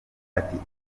ati